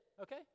okay